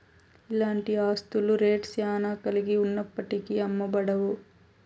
ఇలాంటి ఆస్తుల రేట్ శ్యానా కలిగి ఉన్నప్పటికీ అమ్మబడవు